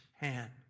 hand